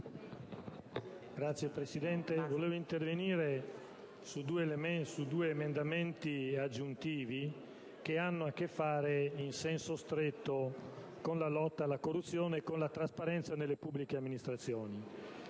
Signora Presidente, volevo intervenire su due emendamenti aggiuntivi che hanno a che fare in senso stretto con la lotta alla corruzione e con la trasparenza nelle pubbliche amministrazioni.